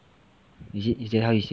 is it is it how you say it